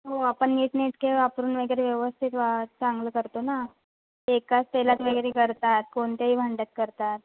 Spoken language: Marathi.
हो आपण नीटनेटके वापरून वगैरे व्यवस्थित वा चांगलं करतो ना एकाच तेलात वगैरे करतात कोणत्याही भांड्यात करतात